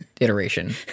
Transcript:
iteration